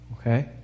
Okay